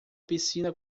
piscina